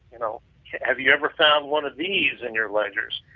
you know have you ever found one of these in your ledgers.